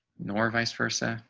nor vice versa.